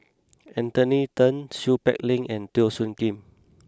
Anthony Then Seow Peck Leng and Teo Soon Kim